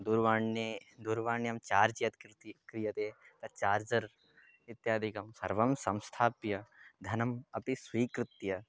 दूरवाणीं दूरवाणीम् चार्ज् यत् क्रिति क्रियते तत् चार्जर् इत्यादिकं सर्वं संस्थाप्य धनम् अपि स्वीकृत्य